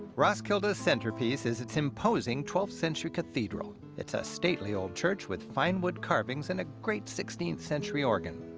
roskilde's centerpiece is its imposing twelfth century cathedral. it's a stately old church with fine wood carvings and a great sixteenth century organ.